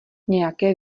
nějaké